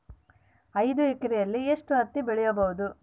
ಐದು ಎಕರೆಯಲ್ಲಿ ಎಷ್ಟು ಹತ್ತಿ ಬೆಳೆಯಬಹುದು?